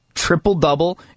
Triple-double